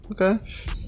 Okay